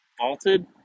vaulted